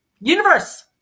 universe